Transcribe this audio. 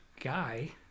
guy